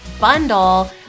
bundle